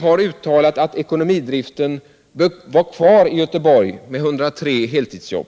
har uttalat att ekonomidriften bör vara kvar i Göteborg med 103 heltidsjobb.